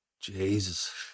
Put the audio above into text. Jesus